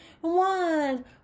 one